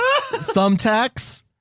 thumbtacks